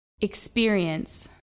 experience